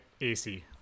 AC